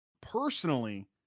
personally